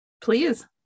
Please